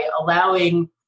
allowing